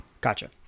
Gotcha